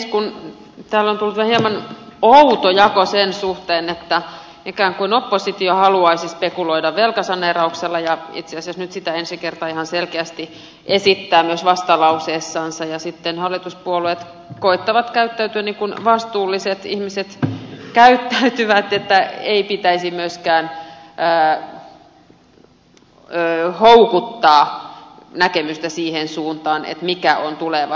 täällä on tullut hieman outo jako sen suhteen että ikään kuin oppositio haluaisi spekuloida velkasaneerauksella ja itse asiassa nyt sitä ensi kertaa ihan selkeästi esittää myös vastalauseessaan ja sitten hallituspuolueet koettavat käyttäytyä niin kuin vastuulliset ihmiset käyttäytyvät että ei pitäisi myöskään houkuttaa näkemystä siihen suuntaan mikä on tuleva spekulaatio